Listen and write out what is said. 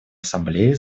ассамблеи